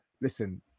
listen